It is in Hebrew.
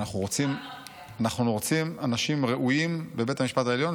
אנחנו רוצים אנשים ראויים בבית בית המשפט העליון,